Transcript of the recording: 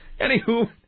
Anywho